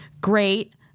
great